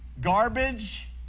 garbage